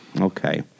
Okay